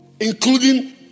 Including